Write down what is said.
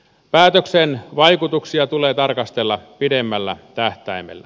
päätöksen vaikutuksia tulee tarkastella pidemmällä tähtäimellä